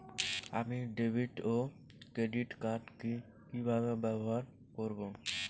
আমি ডেভিড ও credit card কি কিভাবে ব্যবহার করব?